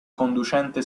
conducente